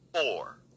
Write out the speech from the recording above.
four